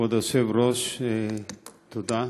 כבוד היושב-ראש, תודה.